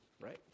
right